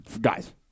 Guys